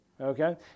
Okay